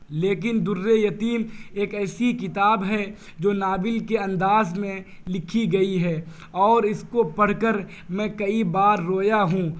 لیکن درّ یتیم ایک ایسی کتاب ہے جو ناول کے انداز میں لکھی گئی ہے اور اس کو پڑھ کر میں کئی بار رویا ہوں